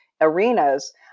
arenas